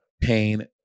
pain